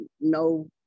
No